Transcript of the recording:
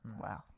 Wow